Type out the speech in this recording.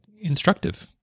instructive